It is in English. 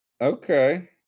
Okay